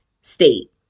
state